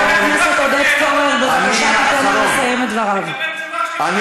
חבר הכנסת זוהיר בהלול, בסדר, על זמני.